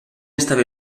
estava